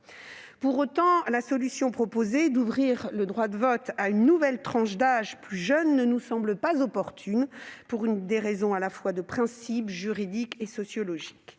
Pour autant, la solution proposée, à savoir ouvrir le droit de vote à une nouvelle tranche d'âge plus jeune, ne nous semble pas opportune pour des raisons à la fois de principe, juridiques et sociologiques.